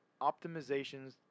optimizations